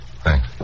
Thanks